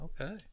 okay